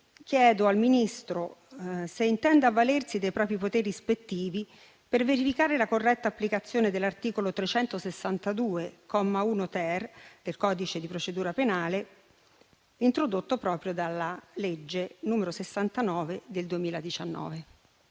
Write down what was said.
pertanto al Ministro se intenda avvalersi dei propri poteri ispettivi per verificare la corretta applicazione dell'articolo 362, comma 1-*ter*, del codice di procedura penale, introdotto proprio dalla legge n. 69 del 2019.